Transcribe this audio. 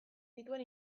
dituen